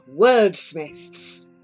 wordsmiths